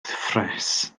ffres